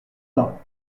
bas